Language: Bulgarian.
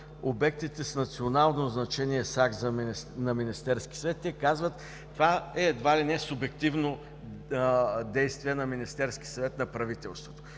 обектите с национално значение с акт на Министерския съвет, се казва, че това е едва ли не субективно действие на Министерския съвет, на правителството.